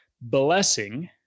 blessing